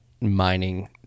mining